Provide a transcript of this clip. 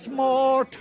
more